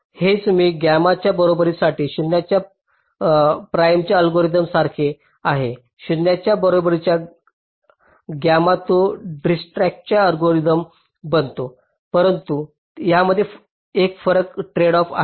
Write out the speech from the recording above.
हेच मी गामाच्या बरोबरीसाठी 0 प्राइमच्या अल्गोरिदम सारखे आहे 1 च्या बरोबरीचा गॅमा तो डिजक्राच्या अल्गोरिदम बनतो परंतु त्यामध्ये एक ट्रेडऑफ आहे